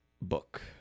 book